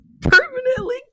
permanently